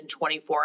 24